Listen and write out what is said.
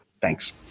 Thanks